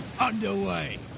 underway